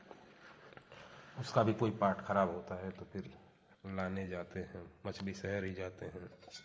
उसका भी कोई पार्ट खराब होता है तो फिर लाने जाते हैं मछली शहर ही जाते हैं